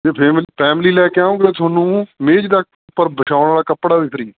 ਜੇ family family ਲੈ ਕੇ ਆਓਂਗੇ ਤੁਹਾਨੂੰ ਮੇਜ ਦਾ ਉੱਪਰ ਵਿਛਾਉਣ ਵਾਲਾ ਕੱਪੜਾ ਵੀ ਫਰੀ